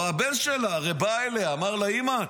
או שהבן שלה בא אליה ואמר לה: אימא,